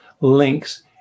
links